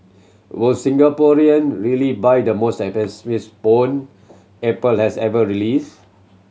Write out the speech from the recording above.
will Singaporean really buy the most bone Apple has ever released